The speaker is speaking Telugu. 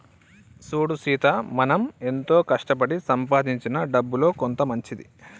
సూడు సీత మనం ఎంతో కష్టపడి సంపాదించిన డబ్బులో కొంత మంచిది